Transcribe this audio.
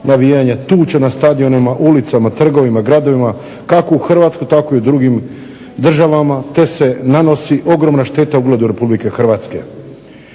navijanja, tuče na stadionima, ulicama, trgovima, gradovima kako u Hrvatskoj tako i u drugim državama, te se nanosi ogromna šteta ugledu Republike Hrvatske.